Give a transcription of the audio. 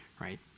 Right